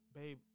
babe